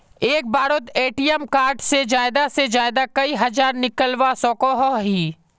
एक बारोत ATM card से ज्यादा से ज्यादा कई हजार निकलवा सकोहो ही?